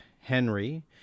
Henry